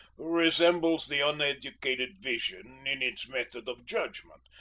resembles the uneducated vision in its method of judgment,